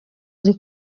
ari